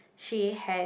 she has